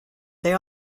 they